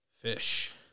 fish